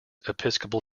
episcopal